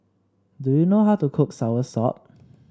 do you know how to cook soursop